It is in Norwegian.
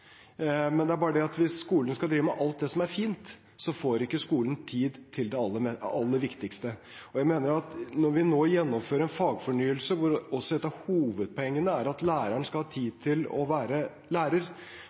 Men det er bare det at hvis skolen skal drive med alt som er fint, får ikke skolen tid til det aller viktigste. Jeg mener at når vi nå gjennomfører en fagfornyelse, hvor et av hovedpoengene er at læreren skal ha tid til å være lærer,